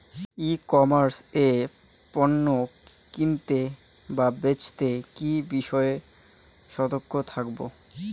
ই commerce এ পণ্য কিনতে বা বেচতে কি বিষয়ে সতর্ক থাকব?